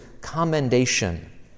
commendation